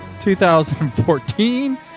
2014